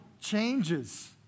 changes